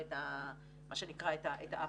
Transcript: מה שנקרא, את האפטרשוק,